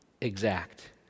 exact